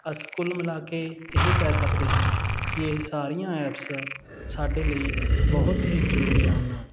ਅਸੀਂ ਕੁੱਲ ਮਿਲਾ ਕੇ ਇਹ ਕਹਿ ਸਕਦੇ ਹਾਂ ਕਿ ਇਹ ਸਾਰੀਆਂ ਐਪਸ ਸਾਡੇ ਲਈ ਬਹੁਤ ਹੀ ਜ਼ਰੂਰੀ ਹਨ